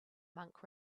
monk